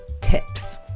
tips